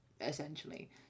essentially